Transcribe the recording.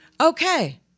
Okay